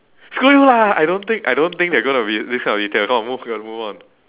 screw you lah I don't think I don't think they gonna be this kind of detail now move we gotta move on